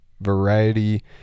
variety